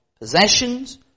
possessions